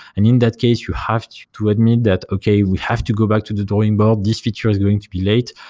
and in that case, you have to to admit that okay, we have to go back to the drawing board. this feature is going to be late,